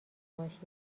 باشید